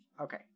Okay